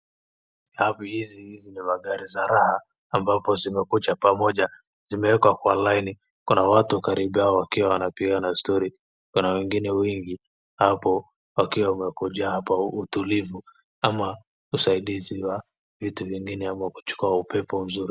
Alafu hizi hizi ni magari za raha ambapo zimekuja pamoja, zimewekwa kwa laini. Kuna watu karibu yao wakiwa wanapigana stori . Kuna wengine wengi hapo wakiwa wamekuja hapo utulivu ama usaidizi wa vitu vingine ama kuchukua upepo mzuri.